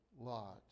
Lot